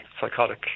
psychotic